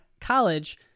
college